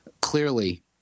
clearly –